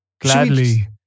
Gladly